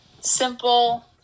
simple